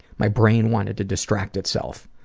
my brain wanted to distract itself.